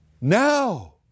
now